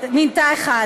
ומינתה אחד.